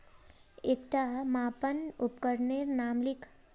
एकटा मापन उपकरनेर नाम लिख?